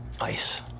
Ice